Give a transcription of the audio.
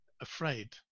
afraid